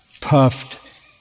puffed